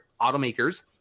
automakers